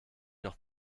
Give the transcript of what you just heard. noch